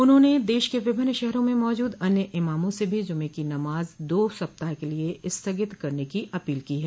उन्होंने देश के विभिन्न शहरों में मौजूद अन्य इमामा से भी जुमे की नमाज दो सप्ताह के लिए स्थगित करने की अपील की है